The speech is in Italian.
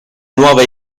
nuova